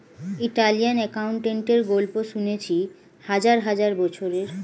Italian অ্যাকাউন্টেন্টের গল্প শুনেছি হাজার হাজার বছরের